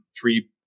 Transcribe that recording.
three